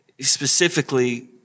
specifically